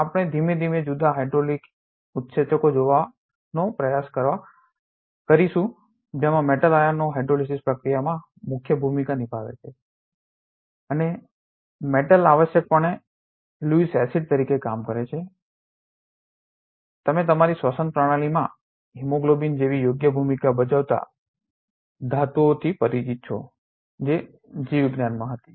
આપણે ધીમે ધીમે જુદા જુદા હાઇડ્રોલિટીક ઉત્સેચકો જોવાનો પણ પ્રયાસ કરીશું જેમાં મેટલ આયનો હાઇડ્રોલિસીસ પ્રતિક્રિયામાં મુખ્ય ભૂમિકા નિભાવે છે અને મેટલ આવશ્યકપણે લેવિસ એસિડ તરીકે કામ કરે છે તમે અમારી શ્વસન પ્રણાલીમાં હિમોગ્લોબિન જેવી યોગ્ય ભૂમિકા ભજવતા ધાતુઓથી પરિચિત છો જે જીવવિજ્ઞાનમાં હતી